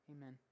amen